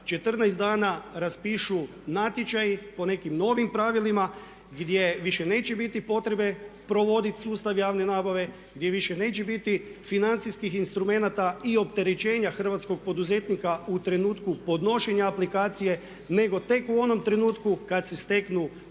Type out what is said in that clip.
14 dana raspišu natječaji po nekim novim pravilima gdje više neće biti potrebe provoditi sustav javne nabave, gdje više neće biti financijskih instrumenata i opterećenja hrvatskog poduzetnika u trenutku podnošenja aplikacije nego tek u onom trenutku podnošenja